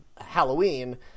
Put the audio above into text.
Halloween